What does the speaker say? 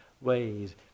ways